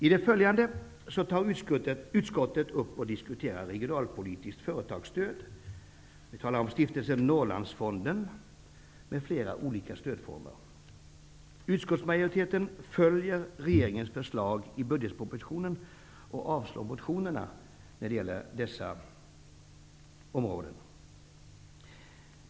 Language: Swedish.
I det följande tar utskottet upp och diskuterar regionalpolitiskt företagsstöd, stiftelsen Utskottsmajoriteten följer regeringens förslag i budgetpropositionen och avstyrker motionerna när det gäller dessa områden.